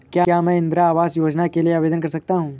क्या मैं इंदिरा आवास योजना के लिए आवेदन कर सकता हूँ?